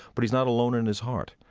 but he's not alone in his heart.